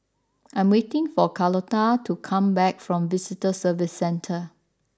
I am waiting for Carlotta to come back from Visitor Services Centre